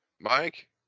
Mike